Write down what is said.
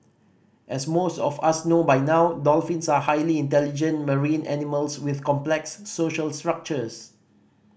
as most of us know by now dolphins are highly intelligent marine animals with complex social structures